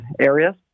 areas